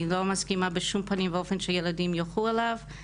לא מסכימה בשום פנים ואופן שהילדים ילכו אליו.